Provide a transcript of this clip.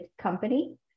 company